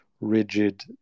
rigid